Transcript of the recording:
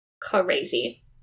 Crazy